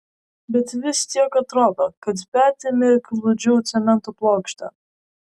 bet vis tiek atrodo kad petimi kliudžiau cemento plokštę